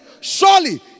surely